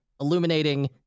illuminating